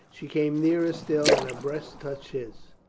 she came nearer still, and her breast touched his.